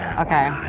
okay,